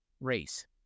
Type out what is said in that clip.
race